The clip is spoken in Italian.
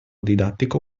didattico